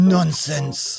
Nonsense